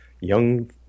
young